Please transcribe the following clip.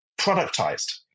productized